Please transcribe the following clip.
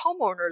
homeowners